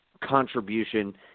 contribution